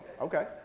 okay